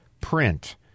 print